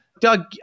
Doug